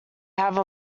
have